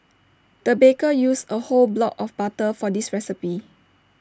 the baker used A whole block of butter for this recipe